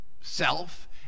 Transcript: self